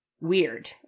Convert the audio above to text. weird